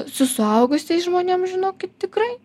su suaugusiais žmonėm žinokit tikrai